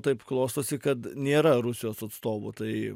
taip klostosi kad nėra rusijos atstovų tai